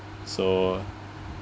so